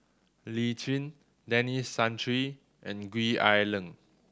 Lee Tjin Denis Santry and Gwee Ah Leng